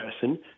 person